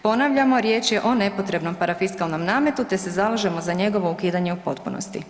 Ponavljamo, riječ je o nepotrebnom parafiskalnom nametu te se zalažemo za njegovo ukidanje u potpunosti.